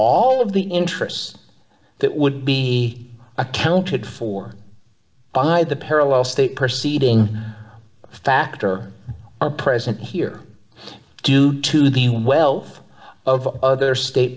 all of the interests that would be accounted for by the parallel state proceed in fact or are present here due to the wealth of other state